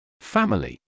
Family